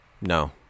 No